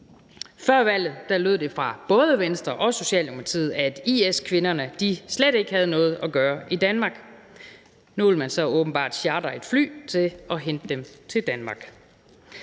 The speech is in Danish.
Før valget lød det fra både Venstre og Socialdemokratiet, at IS-kvinderne slet ikke havde noget at gøre i Danmark. Nu vil man så åbenbart chartre et fly til at hente dem til Danmark.